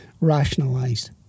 rationalized